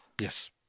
Yes